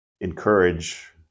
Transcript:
encourage